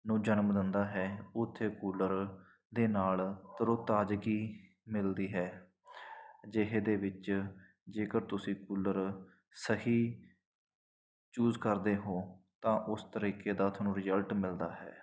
ਨੂੰ ਜਨਮ ਦਿੰਦਾ ਹੈ ਓੁੱਥੇ ਕੂਲਰ ਦੇ ਨਾਲ ਤਰੋ ਤਾਜ਼ਗੀ ਮਿਲਦੀ ਹੈ ਅਜਿਹੇ ਦੇ ਵਿੱਚ ਜੇਕਰ ਤੁਸੀਂ ਕੂਲਰ ਸਹੀ ਚੂਜ਼ ਕਰਦੇ ਹੋਂ ਤਾਂ ਉਸ ਤਰੀਕੇ ਦਾ ਤੁਹਾਨੂੰ ਰਿਜਲਟ ਮਿਲਦਾ ਹੈ